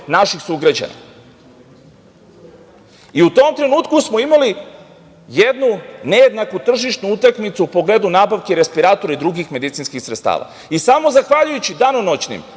naših sugrađana i u tom trenutku smo imali jednu nejednaku tržišnu utakmicu u pogledu nabavke respiratora i drugih medicinskih sredstava i samo zahvaljujući danonoćnom